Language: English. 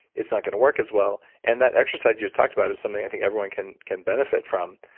it's not gonna work as well and that exercise you just talked about is something, i think, everyone can can benefit from,